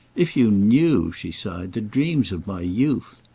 if you knew, she sighed, the dreams of my youth!